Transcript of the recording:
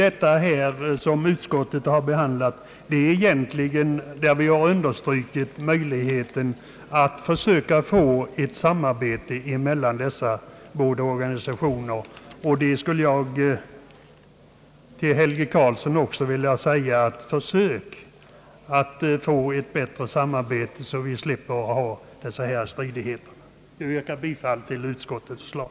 Det nya i utskottets behandling är egentligen att vi har understrukit möjligheten att försöka få ett samarbete mellan ifrågavarande organisationer, och jag skulle nu till herr Helge Karlsson också vilja säga: Försök att få ett bättre samarbete med den andra organisationen, så att vi slipper dessa stridigheter! Jag yrkar bifall till utskottets förslag.